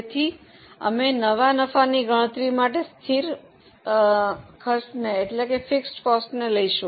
તેથી અમે નવા નફાની ગણતરી માટે સ્થિર ખર્ચને લઈશું